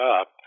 up